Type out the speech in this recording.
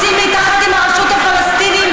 רוצים להתאחד עם הרשות הפלסטינית?